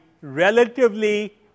relatively